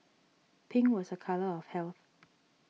pink was a colour of health